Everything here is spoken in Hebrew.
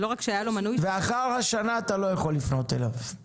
לאחר השנה אתה לא יכול לפנות אליו,